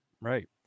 Right